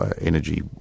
energy